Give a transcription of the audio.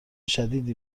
شدیدی